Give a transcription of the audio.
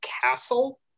Castle